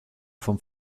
vom